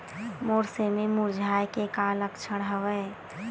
मोर सेमी मुरझाये के का लक्षण हवय?